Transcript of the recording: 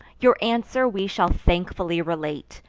your answer we shall thankfully relate,